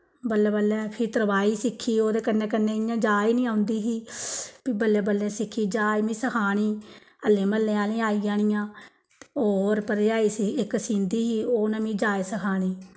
बल्लैं बल्लैं फ्ही तरपाई सिक्खी ओह्दै कन्नै कन्नै इयां जाच नी औंदी ही फ्ही बल्लें बल्लें सिक्खी जाक मीं सखानी अल्ले मह्ल्ले आह्लियां आई जानियां होर भरज़ाई इक सींदी ही उनें मीं जाच सखानी